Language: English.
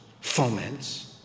foments